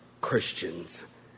Christians